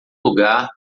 lugar